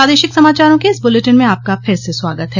प्रादेशिक समाचारों के इस बुलेटिन में आपका फिर से स्वागत है